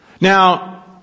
Now